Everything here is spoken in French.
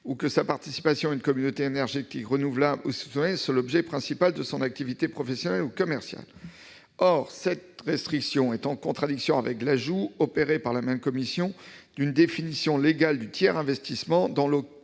ou que sa participation à une communauté d'énergie renouvelable ou à une communauté énergétique citoyenne soit l'objet principal de son activité professionnelle ou commerciale. Une telle restriction est en contradiction avec l'ajout, opéré par la même commission, d'une définition légale du tiers-investissement dans